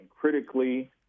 critically